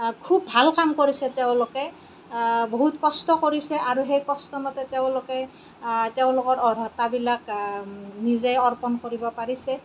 খুব ভাল কাম কৰিছে তেওঁলোকে বহুত কষ্ট কৰিছে আৰু সেই কষ্টমতে তেওঁলোকে তেওঁলোকৰ অৰ্হতাবিলাক নিজে অৰ্পণ কৰিব পাৰিছে